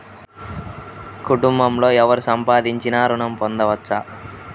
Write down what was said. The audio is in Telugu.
కుటుంబంలో ఎవరు సంపాదించినా ఋణం పొందవచ్చా?